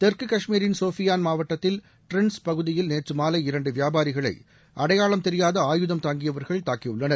தெற்கு காஷ்மீரின் சோஃபியான் மாவட்டத்தில் டிரென்ஸ் பகுதியில் நேற்று மாலை இரண்டு வியாபாரிகளை அடையாளம் தெரியாதா ஆயுதம் தாங்கியவர்கள் தாக்கியுள்ளனர்